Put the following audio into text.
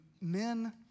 men